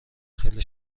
خیلی